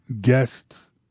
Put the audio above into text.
guests